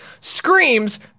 screams